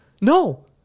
No